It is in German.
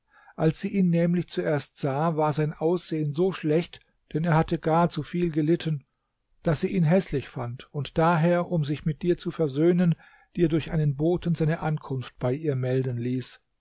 als sie ihn nämlich zuerst sah war sein aussehen so schlecht denn er hatte gar zu viel gelitten daß sie ihn häßlich fand und daher um sich mit dir zu versöhnen dir durch einen boten seine ankunft bei ihr melden ließ